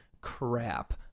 crap